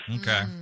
Okay